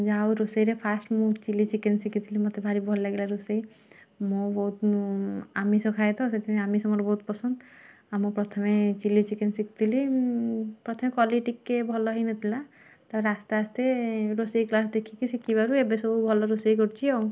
ଯାହା ହଉ ରୋଷେଇରେ ଫାଷ୍ଟ ମୁଁ ଚିଲି ଚିକେନ୍ ଶିଖିଥିଲି ମୋତେ ଭାରି ଭଲ ଲାଗିଲା ରୋଷେଇ ମୁଁ ବହୁତ ଆମିଷ ଖାଏ ତ ସେଥିପାଇଁ ଆମିଷ ମୋର ବହୁତ ପସନ୍ଦ ମୁଁ ପ୍ରଥମେ ଚିଲି ଚିକେନ୍ ଶିଖିଥିଲି ପ୍ରଥମେ କଲି ଟିକେ ଭଲ ହେଇନଥିଲା ତା ପରେ ଆସ୍ତେ ଆସ୍ତେ ରୋଷେଇ କ୍ଲାସ୍ ଦେଖିକି ଶିଖିବାରୁ ଏବେ ସବୁ ଭଲ ରୋଷେଇ କରୁଛି ଆଉ